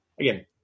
again